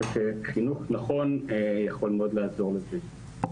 וחינוך נכון יכול מאוד לעזור לזה.